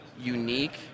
unique